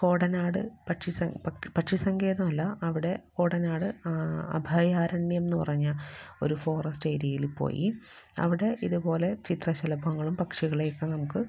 കോടനാട് പക്ഷി സങ്കേതം പക്ഷി സങ്കേതമല്ല അവിടെ കോടനാട് അഭയാരണ്യം എന്ന് പറഞ്ഞ ഒരു ഫോറെസ്റ്റ് ഏരിയയിൽ പോയി അവിടെ ഇതേ പോലെ ചിത്രശലഭങ്ങളും പക്ഷികളെയൊക്കെ നമുക്ക്